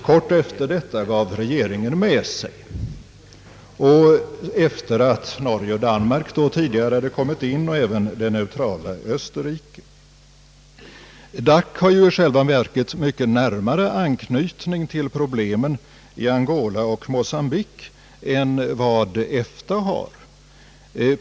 Kort efter detta gav regeringen med sig, efter det att Norge och Danmark tidigare hade kommit med som medlemmar liksecm även det neutrala Österrike. DAC har i själva verket haft närmare anknytning till problemen i Angola och Mocambique än vad EFTA har.